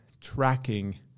tracking